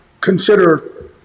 consider